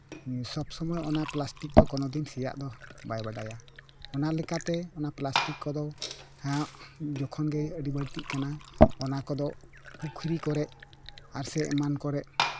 ᱥᱚᱵ ᱥᱚᱢᱚᱭ ᱚᱱᱟ ᱯᱞᱟᱥᱴᱤᱠ ᱫᱚ ᱠᱳᱱᱳ ᱫᱤᱱ ᱥᱮᱭᱟᱜ ᱫᱚ ᱵᱟᱭ ᱵᱟᱰᱟᱭᱟ ᱚᱱᱟ ᱞᱮᱠᱟᱛᱮ ᱚᱱᱟ ᱯᱞᱟᱥᱴᱤᱠ ᱠᱚᱫᱚ ᱦᱮᱸ ᱡᱚᱠᱷᱚᱱᱜᱮ ᱟᱹᱰᱤ ᱵᱟᱹᱲᱛᱤᱜ ᱠᱟᱱᱟ ᱚᱱᱟ ᱠᱚᱫᱚ ᱯᱩᱠᱷᱨᱤ ᱠᱚᱨᱮᱜ ᱟᱨᱥᱮ ᱮᱢᱟᱱ ᱠᱚᱨᱮᱜ